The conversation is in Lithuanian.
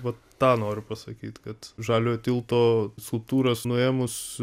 vat tą noriu pasakyt kad žaliojo tilto skulptūras nuėmus